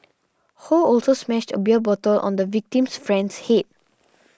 Ho also smashed a beer bottle on the victim's friend's head